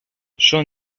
són